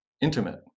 intimate